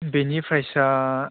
बेनि प्राइसआ